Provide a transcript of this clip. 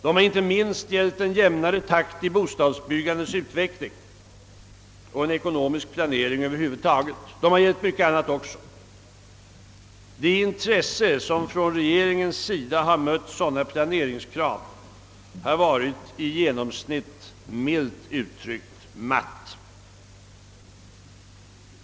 De har inte minst gällt en jämnare takt i bostadsbyggandets utveckling och en ekonomisk planering över huvud taget. De har gällt mycket annat också. Det intresse som från regeringens sida mött sådana planeringskrav har i genomsnitt varit, milt uttryckt, matt.